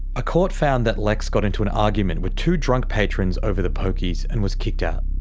a court found that lekks got into an argument with two drunk patrons over the pokies and was kicked out.